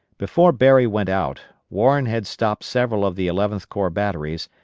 before berry went out, warren had stopped several of the eleventh corps batteries,